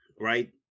right